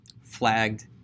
flagged